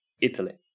Italy